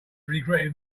regretted